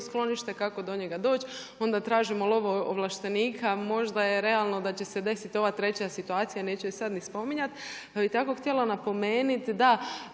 sklonište, kako do njega doći, onda tražimo lovo ovlaštenika. Možda je realno da će se desiti ova treća situacija, neću je sad ni spominjat. Pa bih tako htjela napomenuti da,